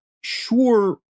sure